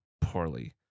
Poorly